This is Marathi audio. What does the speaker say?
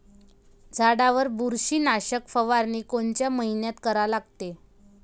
झाडावर बुरशीनाशक फवारनी कोनच्या मइन्यात करा लागते?